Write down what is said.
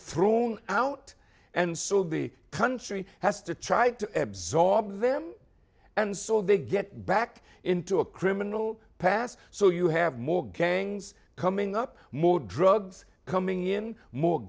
thrown out and so the country has to try to absorb them and so they get back into a criminal past so you have more gangs coming up more drugs coming in more